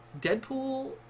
Deadpool